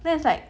then it's like